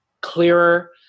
clearer